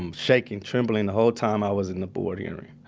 um shaking, trembling the whole time i was in the boarding area.